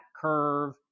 curve